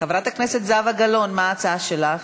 חברת הכנסת זהבה גלאון, מה ההצעה שלך?